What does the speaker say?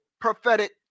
prophetic